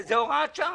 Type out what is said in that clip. זאת הוראת שעה.